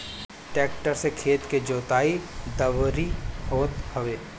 tractor से खेत के जोताई, दवरी होत हवे